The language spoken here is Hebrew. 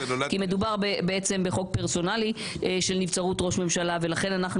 כי מדובר בעצם בחוק פרסונלי של נבצרות ראש ממשלה ולכן אנחנו